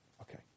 Okay